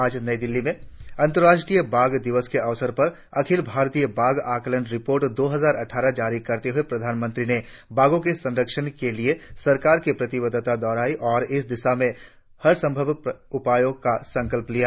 आज नई दिल्ली में अंतर्राष्ट्रीय बाघ दिवस के अवसर पर अखिल भारतीय बाघ आकलन रिपोर्ट दो हजार अट्ठारह जारी करते हुए प्रधानमंत्री ने बाघों के संरक्षण के लिए सरकार की प्रतिबद्धता दोहराई और इस दिशा में हरसंभव उपायों का संकल्प लिया